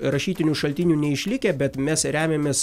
rašytinių šaltinių neišlikę bet mes remiamės